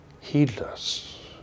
heedless